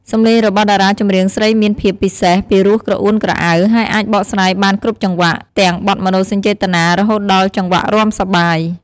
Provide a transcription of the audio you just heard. សំឡេងរបស់តារាចម្រៀងស្រីមានភាពពិសេស ពីរោះក្រអួនក្រអៅ ហើយអាចបកស្រាយបានគ្រប់ចង្វាក់ ទាំងបទមនោសញ្ចេតនា រហូតដល់ចង្វាក់រាំសប្បាយ។